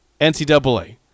NCAA